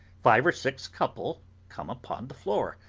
five or six couple come upon the floor,